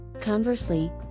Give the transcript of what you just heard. conversely